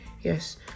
Yes